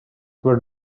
were